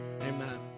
Amen